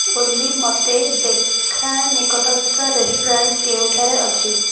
ଓଲି ମୋତେ ଦେଖା ନିକଟସ୍ଥ ରେଷ୍ଟୁରାଣ୍ଟ୍ କେଉଁଠାରେ ଅଛି